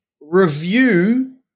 review